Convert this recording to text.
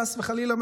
חס וחלילה,